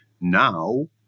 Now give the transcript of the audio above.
Now